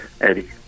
Eddie